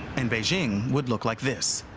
and beijing would look like this.